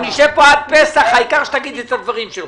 אנחנו נשב פה עד פסח, העיקר שתגיד את הדברים שלך.